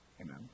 Amen